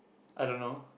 I don't know